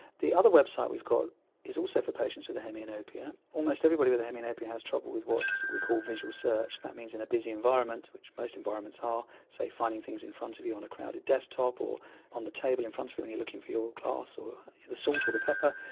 the other website we've got is also for patients with a hemianopia. almost everybody with a hemianopia has trouble with what we call visual search, that means in a busy environment, which most environments are, say finding things in front of you on a crowded desktop or on the table in front of you when you are looking for your glass or the salt or the pepper,